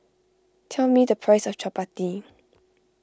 tell me the price of Chapati